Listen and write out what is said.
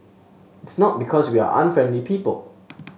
it's not because we are unfriendly people